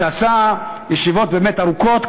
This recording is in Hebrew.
שעשה ישיבות באמת ארוכות,